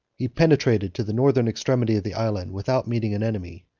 he penetrated to the northern extremity of the island, without meeting an enemy.